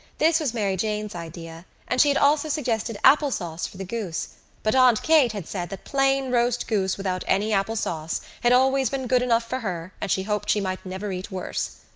this was mary jane's idea and she had also suggested apple sauce for the goose but aunt kate had said that plain roast goose without any apple sauce had always been good enough for her and she hoped she might never eat worse.